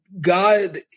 God